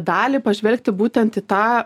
dalį pažvelgti būtent į tą